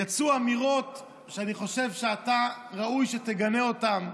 יצאו אמירות שאני חושב שראוי שאתה תגנה אותן.